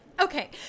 Okay